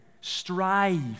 strive